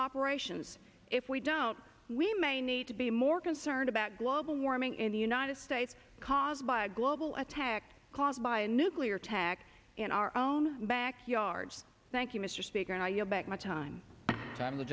operations if we don't we may need to be more concerned about global warming in the united states caused by global attack caused by a nuclear attack in our own backyard thank you mr speaker i yield back my time i